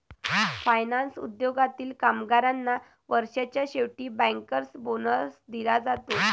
finance उद्योगातील कामगारांना वर्षाच्या शेवटी बँकर्स बोनस दिला जाते